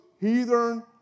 heathen